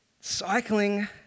cycling